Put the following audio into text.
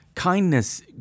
Kindness